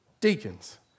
deacons